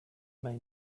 may